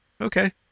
okay